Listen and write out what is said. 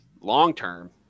long-term